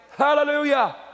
Hallelujah